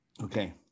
Okay